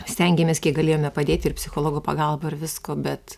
stengiamės kiek galėjome padėti ir psichologo pagalba ir visko bet